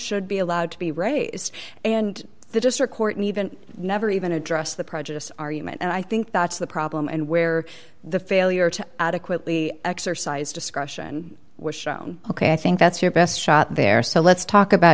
should be allowed to be raised and the district court and even never even address the prejudice argument and i think that's the problem and where the failure to adequately exercise discretion was shown ok i think that's your best shot there so let's talk about